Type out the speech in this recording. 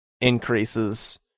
increases